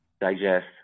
digest